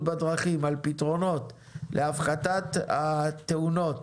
בדרכים על פתרונות להפחתת התאונות